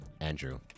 Andrew